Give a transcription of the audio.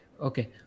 okay